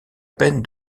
peine